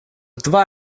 два